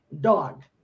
dog